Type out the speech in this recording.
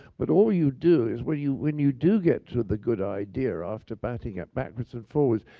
but all you do is, when you when you do get to the good idea, after batting it backwards and forwards,